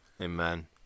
Amen